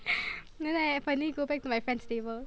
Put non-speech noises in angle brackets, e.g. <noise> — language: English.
<breath> then I like finally go back to my friend's table